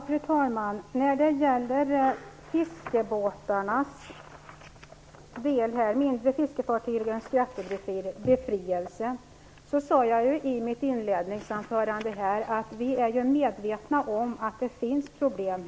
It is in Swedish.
Fru talman! När det gäller de mindre fiskefartygens skattebefrielse sade jag i mitt inledningsanförande att vi är medvetna om att det finns problem.